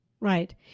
right